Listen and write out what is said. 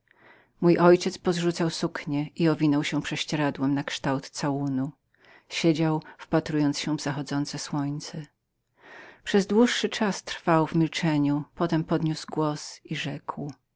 mój ojciec pozrzucał był suknie i owionął się prześcieradłem nakształt całunu siedział na łóżku i wpatrywał się w zachodzące słońce po długiem wpatrywaniu się podniósł głos i rzekł